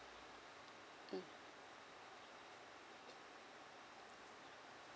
mm